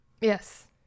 yes